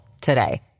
today